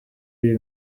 iyi